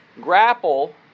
grapple